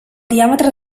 diàmetre